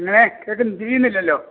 അങ്ങനെ കേട്ടിട്ട് തിരിയുന്നില്ലല്ലോ